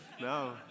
No